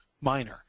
minor